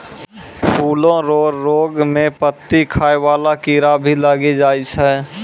फूलो रो रोग मे पत्ती खाय वाला कीड़ा भी लागी जाय छै